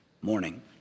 morning